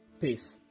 Peace